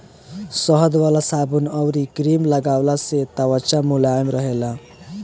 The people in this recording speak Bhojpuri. शहद वाला साबुन अउरी क्रीम लगवला से त्वचा मुलायम रहेला